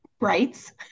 rights